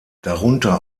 darunter